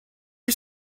you